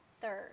third